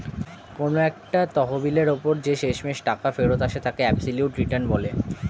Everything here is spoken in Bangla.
কোন একটা তহবিলের ওপর যে শেষমেষ টাকা ফেরত আসে তাকে অ্যাবসলিউট রিটার্ন বলে